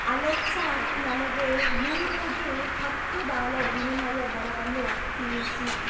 Alexa ನನಗೆ ಯೂರೋಗೆ ಹತ್ತು ಡಾಲರ್ ವಿನಿಮಯ ದರವನ್ನು ತಿಳಿಸಿ